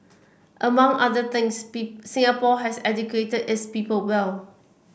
among other things Singapore has educated its people well